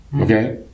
okay